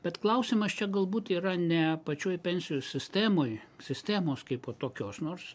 bet klausimas čia galbūt yra ne pačioj pensijų sistemoj sistemos kaipo tokios nors